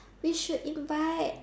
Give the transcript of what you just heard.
we should invite